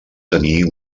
tenir